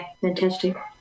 fantastic